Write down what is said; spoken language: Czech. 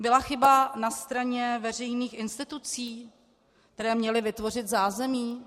Byla chyba na straně veřejných institucí, které měly vytvořit zázemí?